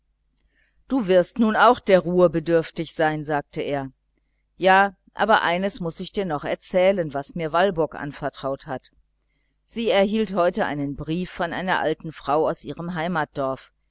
du wirst nun auch der ruhe bedürftig sein sagte er ja aber eines muß ich dir noch erzählen was mir walburg anvertraut hat sie erhielt heute einen brief von einer alten frau aus ihrem heimatdorf